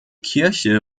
kirche